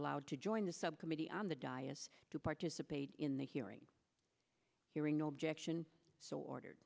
allowed to join the subcommittee on the diocese to participate in the hearing hearing no objection so ordered